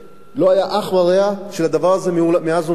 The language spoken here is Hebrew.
לא היה לזה אח ורע מאז ומעולם.